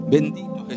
Bendito